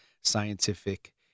scientific